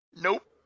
Nope